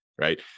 right